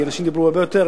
כי אנשים דיברו הרבה יותר,